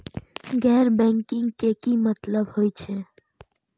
गैर बैंकिंग के की मतलब हे छे?